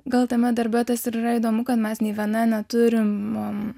gal tame darbe tas ir yra įdomu kad mes nė viena neturim